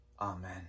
amen